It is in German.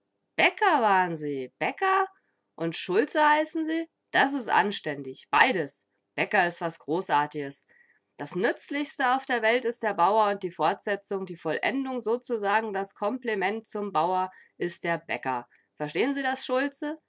bäcker waren sie bäcker und schulze heißen sie das is anständig beides bäcker is was großartiges das nützlichste auf der welt is der bauer und die fortsetzung die vollendung sozusagen das komplement zum bauer is der bäcker verstehen sie das schulze